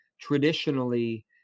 traditionally